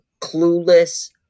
clueless